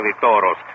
Toros